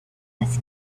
was